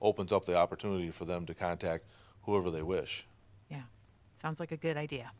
opens up the opportunity for them to contact whoever they wish yeah sounds like a good idea